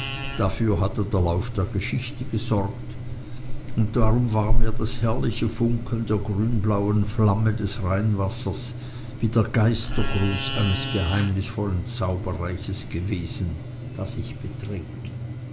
dafür hatte der lauf der geschichte gesorgt und darum war mir das herrliche funkeln der grünblauen flamme des rheinwassers wie der geistergruß eines geheimnisvollen zauberreiches gewesen das ich betreten